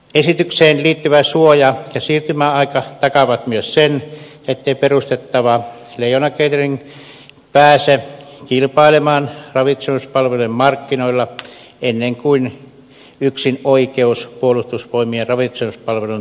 esitykseen liittyvä suoja ja siirtymäaika takaavat myös sen ettei perustettava leijona catering pääse kilpailemaan ravitsemispalvelujen markkinoilla ennen kuin yksinoikeus puolustusvoimien ravitsemispalvelun tuottajana päättyy